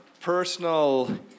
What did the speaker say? personal